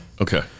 Okay